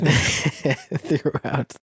throughout